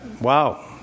wow